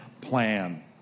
plan